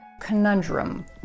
conundrum